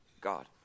God